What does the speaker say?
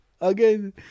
Again